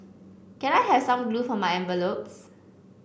can I have some glue for my envelopes